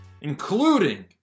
including